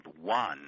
One